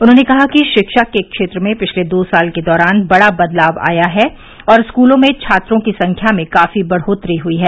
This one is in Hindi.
उन्होंने कहा कि शिक्षा के क्षेत्र में पिछले दो साल के दौरान बड़ा बदलाव आया है और स्कूलों में छात्रों की संख्या में काफी बढ़ोत्तरी हुई है